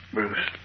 Bruce